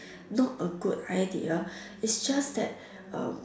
not a good idea it's just that uh